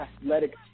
athletic